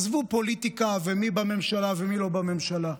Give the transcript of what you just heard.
עזבו פוליטיקה ומי בממשלה ומי לא בממשלה.